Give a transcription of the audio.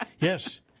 Yes